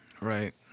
Right